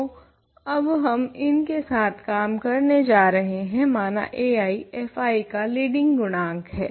तो अब हम इनके साथ काम करने जा रहे हैं माना ai fi का लीडिंग गुणांक है